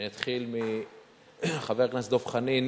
אני אתחיל מחבר הכנסת דב חנין,